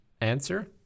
answer